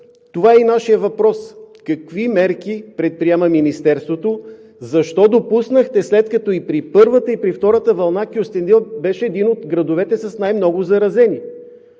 връзка е и нашият въпрос: какви мерки предприема Министерството, защо допуснахте, след като и при първата, и при втората вълна Кюстендил беше един от градовете с най-много заразени?